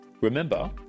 Remember